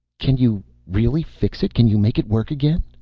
can you really fix it? can you make it work again?